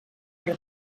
però